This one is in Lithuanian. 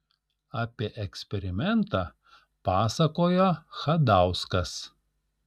apie eksperimentą pasakojo chadauskas